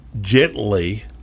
gently